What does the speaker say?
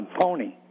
pony